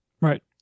Right